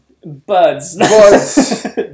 Buds